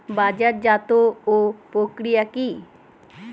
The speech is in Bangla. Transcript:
বাজারজাতও প্রক্রিয়া কি?